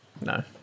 No